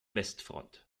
westfront